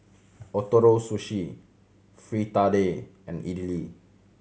Ootoro Sushi Fritada and Idili